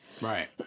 Right